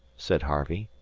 said harvey.